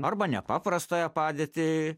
arba nepaprastąją padėtį